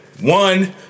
one